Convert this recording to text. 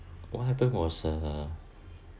what happened was a